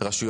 ברשויות